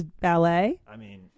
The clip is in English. ballet